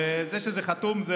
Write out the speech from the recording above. וגם אם זה חתום,